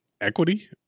equity